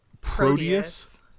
Proteus